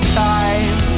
time